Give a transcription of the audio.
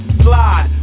slide